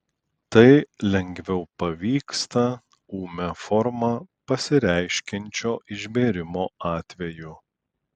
tai lengviau pavyksta ūmia forma pasireiškiančio išbėrimo atveju